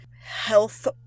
health